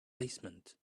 basement